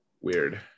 weird